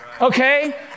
Okay